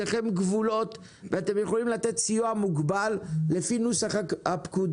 אתם רואים שידיכם כבולות ואתם יכולים לתת סיוע מוגבל לפי נוסח הפקודה,